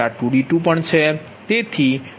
35 અહીં પણ 2d20